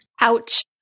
Ouch